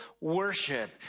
worship